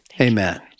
Amen